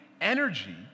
energy